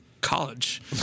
college